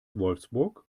wolfsburg